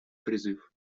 призыв